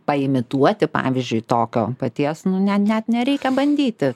paimituoti pavyzdžiui tokio paties nu ne net nereikia bandyti